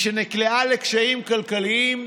משנקלעה לקשיים כלכליים,